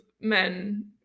men